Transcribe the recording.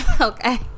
Okay